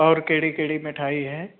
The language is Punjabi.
ਔਰ ਕਿਹੜੀ ਕਿਹੜੀ ਮਿਠਾਈ ਹੈ